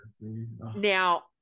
Now